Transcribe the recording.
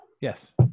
Yes